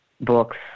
books